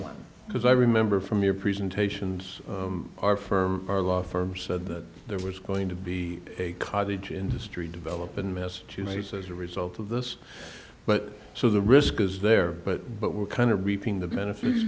one because i remember from your presentations our firm our law firm said that there was going to be a cottage industry developed in massachusetts as a result of this but so the risk is there but but we're kind of reaping the benefits